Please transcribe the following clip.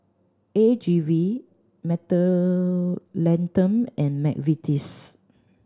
A G V Mentholatum and McVitie's